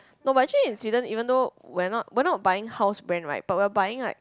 no but actually in Sweden even though we are not we are not buying house brand right but we are buying like